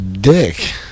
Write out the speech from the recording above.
Dick